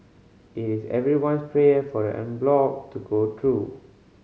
it is everyone's prayer for the en bloc to go through